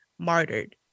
martyred